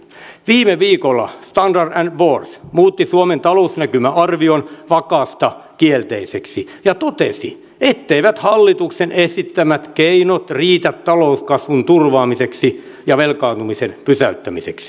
viime viikolla standard poor s muutti suomen talousnäkymäarvion vakaasta kielteiseksi ja totesi etteivät hallituksen esittämät keinot riitä talouskasvun turvaamiseksi ja velkaantumisen pysäyttämiseksi